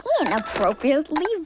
inappropriately